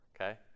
Okay